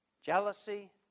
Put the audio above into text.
jealousy